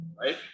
Right